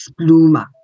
Spluma